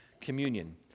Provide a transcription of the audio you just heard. communion